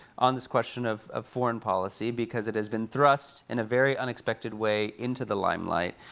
on this question of of foreign policy, because it has been thrust in a very unexpected way into the limelight.